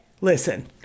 listen